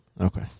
Okay